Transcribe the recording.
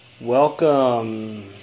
Welcome